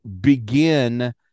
begin